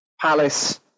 Palace